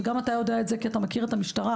וגם אתה יודע את זה משום שאתה מכיר את המשטרה,